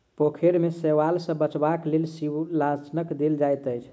पोखैर में शैवाल सॅ बचावक लेल शिवालनाशक देल जाइत अछि